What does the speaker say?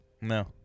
No